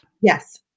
Yes